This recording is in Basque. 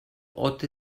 ote